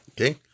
Okay